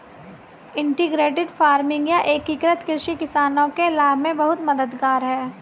integrated farming या एकीकृत कृषि किसानों के लाभ में बहुत मददगार है